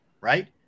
right